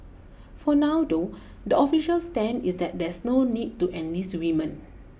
for now though the official stand is that there s no need to enlist women